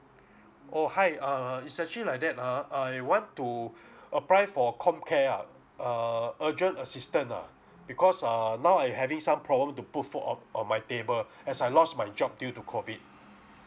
oh hi err it's actually like that ah I want to apply for comcare ah err urgent assistant ah because err now I'm having some problem to put food on on my table as I lost my job due to COVID